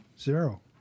zero